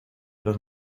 los